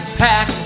pack